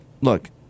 look